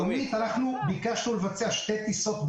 אנחנו צריכים לתת בשעה הקשה הזאת --- תודה.